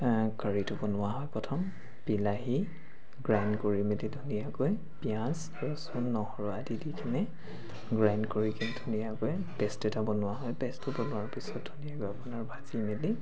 কাৰিটো বনোৱা হয় প্ৰথম বিলাহী গ্ৰাইণ্ড কৰি মেলি ধুনীয়াকৈ পিঁয়াজ ৰচুন নহৰু আদি দি কিনে গ্ৰাইণ্ড কৰি কিনে ধুনীয়াকৈ পে'ষ্ট এটা বনোৱা হয় পে'ষ্টটো বনোৱাৰ পিছত ধুনীয়াকৈ আপোনাৰ ভাজি মেলি